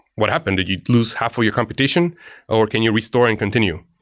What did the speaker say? what happened? did you lose half of your competition or can you restore and continue?